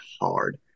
hard